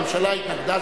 הממשלה התנגדה,